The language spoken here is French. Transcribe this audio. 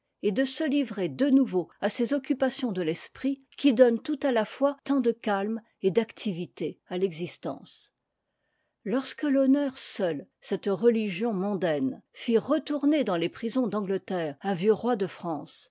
et de se livrer de nouveau à ces occupations de l'esprit qui donnent tout à la fois tant de calme et d'activité à l'existence lorsque l'honneur seul cette religion mondaine fit retourner dans les prisons d'angleterre un vieux roi de france